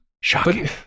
Shocking